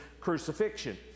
crucifixion